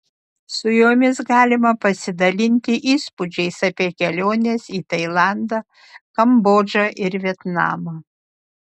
su jomis galima pasidalinti įspūdžiais apie keliones į tailandą kambodžą ir vietnamą